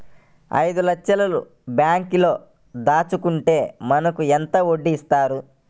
ఐదు లక్షల బ్యాంక్లో దాచుకుంటే మనకు ఎంత వడ్డీ ఇస్తారు?